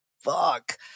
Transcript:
fuck